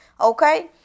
Okay